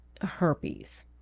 herpes